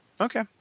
okay